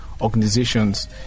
organizations